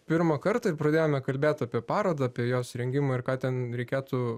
pirmą kartą ir pradėjome kalbėt apie parodą apie jos rengimą ir ką ten reikėtų